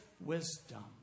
wisdom